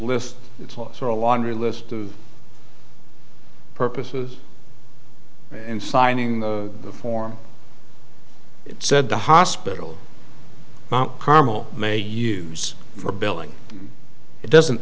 list it's also a laundry list of purposes and signing the the form it said the hospital mount carmel may use for billing it doesn't